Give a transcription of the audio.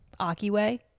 Akiway